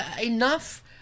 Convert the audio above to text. enough